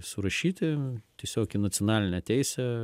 surašyti tiesiog į nacionalinę teisę